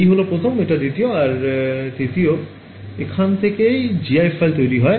এই হল প্রথম এটা দ্বিতীয় আর এটা তৃতীয় আর এখান থেকেই gif file তৈরি হয়